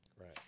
Right